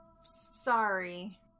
Sorry